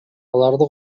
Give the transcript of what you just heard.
аларды